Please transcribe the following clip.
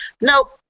nope